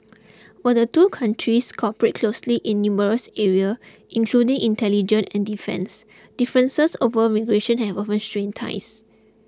while the two countries cooperate closely in numerous area including intelligence and defence differences over migration have often strained ties